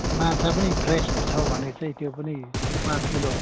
माछा पनि फ्रेस छ भने चाहिँ त्यो पनि पाँच किलो